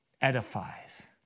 edifies